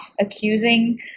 accusing